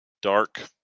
dark